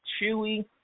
chewy